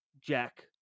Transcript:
Jack